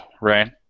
right